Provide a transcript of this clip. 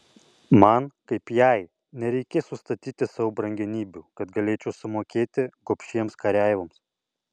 man kaip jai nereikės užstatyti savo brangenybių kad galėčiau sumokėti gobšiems kareivoms